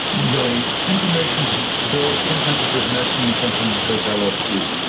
the information's varied. sometimes it says mescaline and sometimes it says lsd.